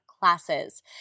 classes